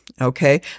Okay